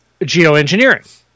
geoengineering